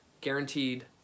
guaranteed